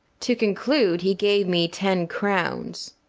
to conclude, he gave me ten crowns.